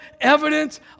evidence